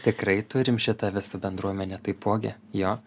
tikrai turim šitą visą bendruomenę taipogi jo